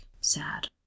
sad